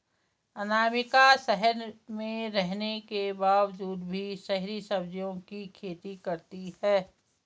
अनामिका शहर में रहने के बावजूद भी शहरी सब्जियों की खेती करती है